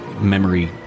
memory